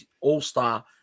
all-star